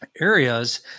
Areas